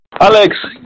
Alex